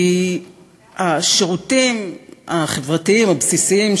כי השירותים החברתיים הבסיסיים,